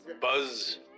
Buzz